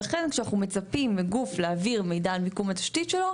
לכן כשאנחנו מצפים מגוף להעביר מידע על מיקום התשתית שלו,